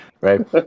right